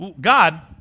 God